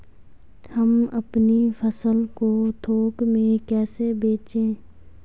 हम अपनी फसल को थोक में कैसे बेचें?